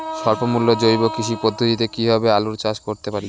স্বল্প মূল্যে জৈব কৃষি পদ্ধতিতে কীভাবে আলুর চাষ করতে পারি?